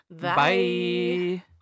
Bye